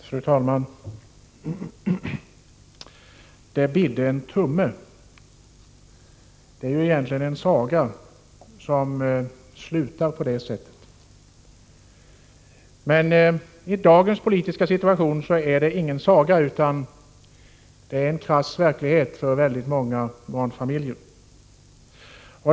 Fru talman! ”Det bidde en tumme.” Egentligen är det en saga som slutar på detta sätt. Men i dagens politiska situation är det ingen saga, utan en krass verklighet för många barnfamiljer.